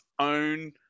own